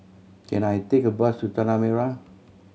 can I take a bus to Tanah Merah